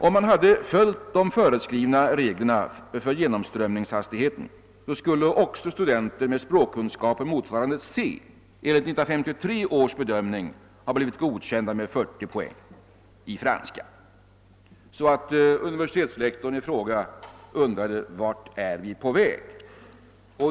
Om man hade följt de föreskrivna reglerna för genomströmningshastigheten, skulle också studenter med språkkunskaper motsvarande C enligt 1953 års bedömning ha blivit godkända med 40 poäng i franska. Universitetslektorn i fråga undrade: Vart är vi på väg?